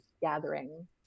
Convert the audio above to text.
gathering